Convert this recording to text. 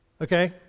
Okay